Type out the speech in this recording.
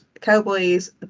Cowboys